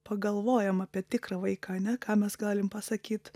pagalvojam apie tikrą vaiką ane ką mes galim pasakyt